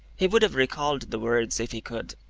he would have recalled the words if he could.